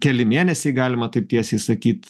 keli mėnesiai galima taip tiesiai sakyt